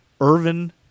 Irvin